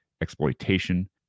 exploitation